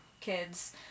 kids